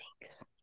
Thanks